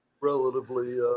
relatively